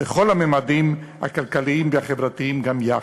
בכל הממדים הכלכליים והחברתיים גם יחד.